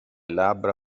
labbra